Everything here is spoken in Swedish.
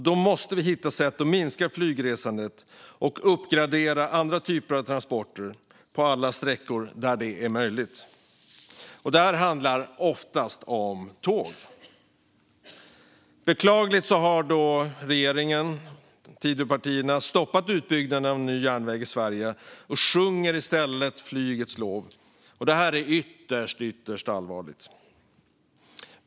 Då måste vi hitta sätt att minska flygresandet och uppgradera andra typer av transporter på alla sträckor där det är möjligt. Det handlar då oftast om tåg. Beklagligt nog har regeringen - Tidöpartierna - stoppat utbyggnaden av ny järnväg i Sverige och sjunger i stället flygets lov, vilket är ytterst, ytterst allvarligt.